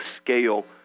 scale